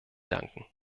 danken